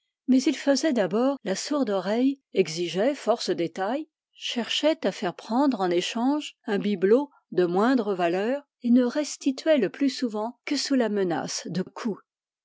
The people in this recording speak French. mais il faisait d'abord la sourde oreille exigeait force détails cherchait à faire prendre en échange un bibelot de moindre valeur et ne restituait le plus souvent que sous la menace de coups